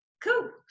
cool